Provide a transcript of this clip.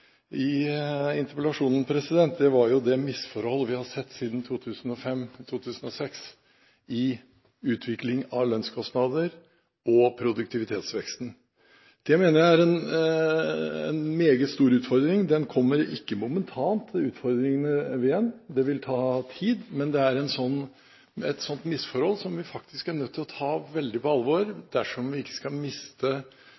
interpellasjonen, var det misforhold vi har sett siden 2005–2006 i utvikling av lønnskostnader og produktivitetsveksten. Det mener jeg er en meget stor utfordring – og dette kommer ikke momentant. Det vil ta tid. Men det er et misforhold som vi faktisk er nødt til å ta veldig på